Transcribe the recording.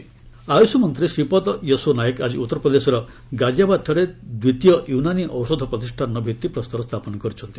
Unani medicine Ayush ମନ୍ତ୍ରୀ ଶ୍ରୀପଦ ୟେସୋ ନାଏକ ଆଜି ଉତ୍ତରପ୍ରଦେଶ ଗାଜିଆବାଦଠାରେ ଦ୍ୱିତୀୟ ୟୁନାନି ଔଷଧ ପ୍ରତିଷ୍ଠାନର ଭିତ୍ତିପ୍ରସ୍ତର ସ୍ଥାପନ କରିଛନ୍ତି